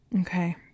Okay